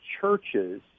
churches